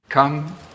Come